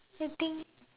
I think